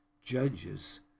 judges